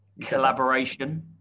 collaboration